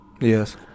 Yes